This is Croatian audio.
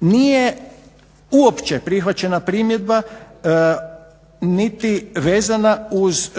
Nije uopće prihvaćena primjedba niti vezana uz